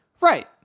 Right